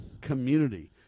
community